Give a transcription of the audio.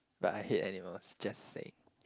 but I hate animals just saying